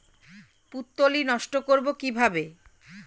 পুত্তলি নষ্ট করব কিভাবে?